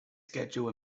schedule